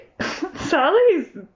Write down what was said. Sally's